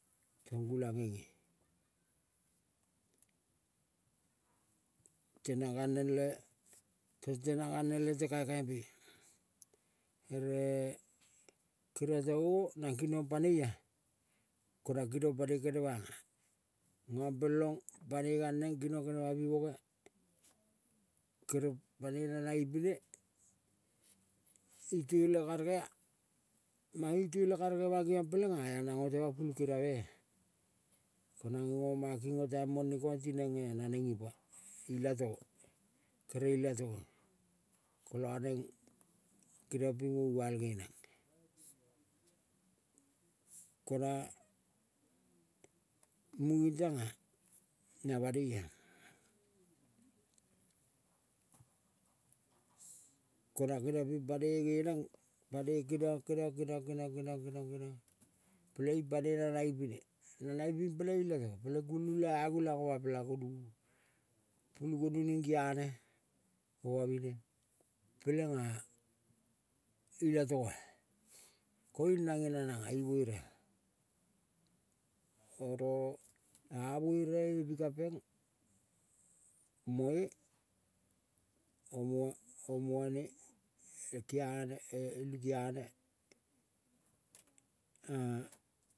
Tong gulang ngenge. Tena galneng le tong tenang galneng le te kaikai pea ere kerong tongo nang kinong panoia ko nang kinong panoi kenemanga. Ngampelong panoi galneng kinong kenema pi boge kere panoi nanang ipine ituele karegea. Mange ituele karege mangeong pelenga anang otema pulukeriave. Ko nange ngo maki le taim mone kong tineng naneng ipoa ilatogo. Kere ilatogo kola neng geniong ping ngoval nge neng kona munging tanga na banoia. Konang keniang ping panoi ngeneng panoi keniong, keniong, keniong, keniong, keniong peleing panoi nanang ipine. Nanang iping peleng leneng peleing kulung ka agulang oma pela gonuvu. Pulu gonu ning kiane komamine pelenga ilatogoa koiung nange nananga iverea oro a vereve be pikapeng moe o moane o kiane eulu kiane.